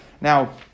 Now